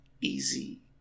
easy